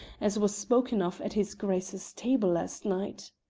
as was spoken of at his grace's table last night.